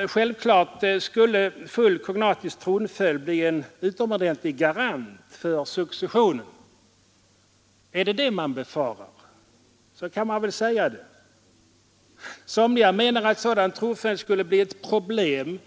Självklart skulle full kognatisk tronföljd bli en utomordentlig garant för successionen. Är det detta man fruktar? Varför inte säga det rent ut? Somliga menar att sådan tronföljd skulle bli ett problem.